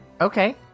okay